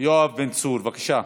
יואב בן צור, בבקשה.